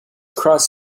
cross